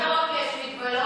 גם בתו ירוק יש הגבלות.